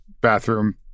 bathroom